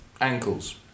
ankles